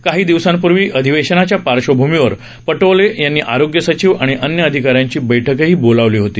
काही दिवसांपूर्वी अधिवेशनाच्या पार्श्वभ्मिवर पटोले यांनी आरोग्य सचीव आणि अन्य अधिकाऱ्यांची बैठकही बोलावली होती